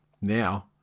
now